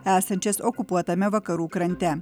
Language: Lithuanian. esančias okupuotame vakarų krante